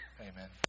Amen